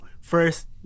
first